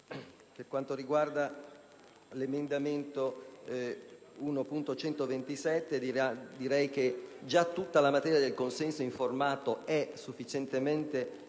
Per quanto riguarda l'emendamento 1.127, tutta la materia del consenso informato è già sufficientemente